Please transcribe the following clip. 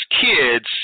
kids